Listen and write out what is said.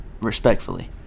Respectfully